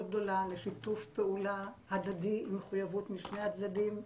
גדולה לשיתוף פעולה הדדי עם מחויבות משני הצדדים.